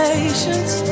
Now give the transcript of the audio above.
Patience